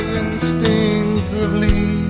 instinctively